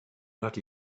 not